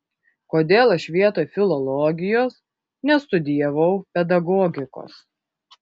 kodėl aš vietoj filologijos nestudijavau pedagogikos